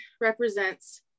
represents